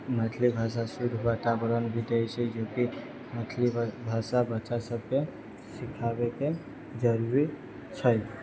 मैथिली भाषा शुद्ध वातावरण भी दै छै जेकि मैथिली भाषा बच्चा सबके सिखाबेके जरुरी छै